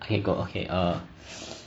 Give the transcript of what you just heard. okay go okay